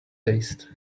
taste